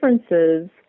differences